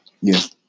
Yes